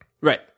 right